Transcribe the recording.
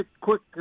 quick